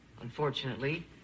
unfortunately